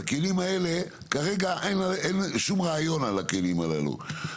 את הכלים האלה, כרגע אין שום רעיון על הכלים הללו.